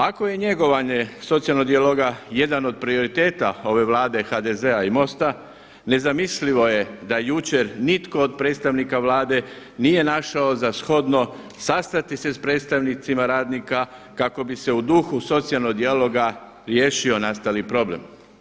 Ako je njegovanje socijalnog dijaloga jedan od prioriteta ove Vlade HDZ-a i MOST-a nezamislivo je da jučer nitko od predstavnika Vlade nije našao za shodno sastati se sa predstavnicima radnika kako bi se u duhu socijalnog dijaloga riješio nastali problem.